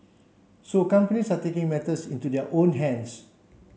so companies are taking matters into their own hands